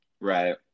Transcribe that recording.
right